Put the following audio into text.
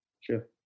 Sure